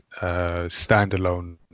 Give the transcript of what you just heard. standalone